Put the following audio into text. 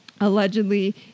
Allegedly